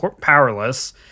powerless